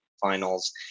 finals